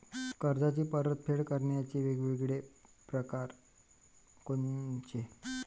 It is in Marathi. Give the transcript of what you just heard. कर्जाची परतफेड करण्याचे वेगवेगळ परकार कोनचे?